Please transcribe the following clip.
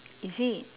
is it